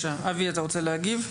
אבי אתה רוצה להגיב?